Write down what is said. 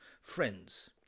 friends